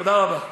תודה רבה.